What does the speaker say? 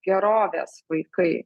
gerovės vaikai